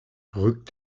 rückt